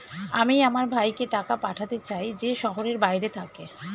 আমি আমার ভাইকে টাকা পাঠাতে চাই যে শহরের বাইরে থাকে